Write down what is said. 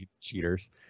Cheaters